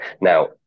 Now